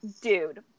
dude